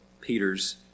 Peter's